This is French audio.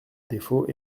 défaut